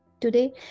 Today